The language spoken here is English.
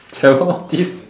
chairologist